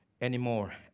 anymore